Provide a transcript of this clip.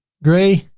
gray,